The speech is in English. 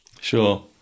Sure